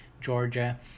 Georgia